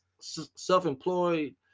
self-employed